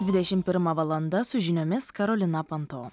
dvidešim pirma valanda su žiniomis karolina panto